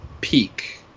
peak